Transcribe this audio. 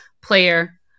player